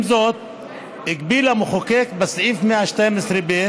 עם זאת, הגביל המחוקק בסעיף 112(ב)